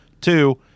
Two